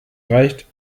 reicht